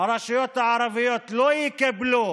הרשויות הערביות לא יקבלו